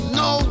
no